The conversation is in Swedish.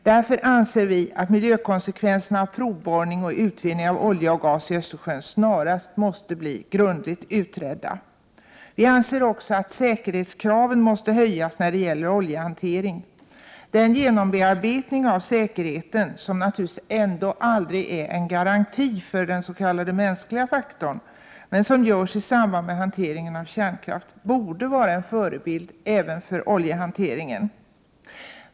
Därför anser vi att miljökonsekvenserna av provborrning och utvinning av olja och gas i Östersjön snarast måste bli grundligt utredda. Vi anser också att säkerhetskraven måste höjas när det gäller oljehantering. Den genombearbetning av säkerheten som naturligtvis aldrig är en garanti för den s.k. mänskliga faktorn men som görs i samband med hanteringen av kärnkraften borde vara en förebild även för oljehanteringen.